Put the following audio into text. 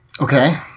Okay